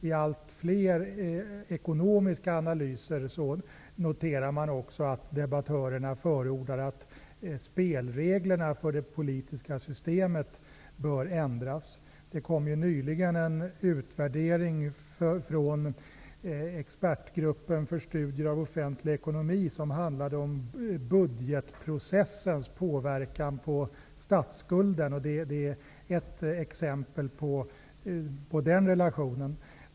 I allt fler ekonomiska analyser noterar man också att debattörerna förordar att spelreglerna för det politiska systemet bör ändras. Det kom nyligen en utvärdering från Expertgruppen för studier av offentlig ekonomi som handlade om budgetprocessens påverkan på statsskulden. Det är ett exempel på den relationen.